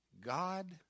God